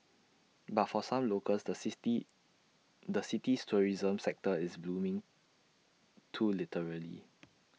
but for some locals the sixty the city's tourism sector is blooming too literally